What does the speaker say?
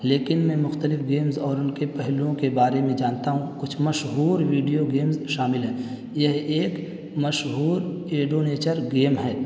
لیکن میں مختلف گیمز اور ان کے پہلوؤں کے بارے میں جانتا ہوں کچھ مشہور ویڈیو گیمز شامل ہیں یہ ایک مشہور ایڈوینچر گیم ہے